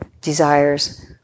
Desires